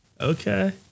Okay